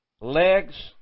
legs